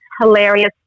hilarious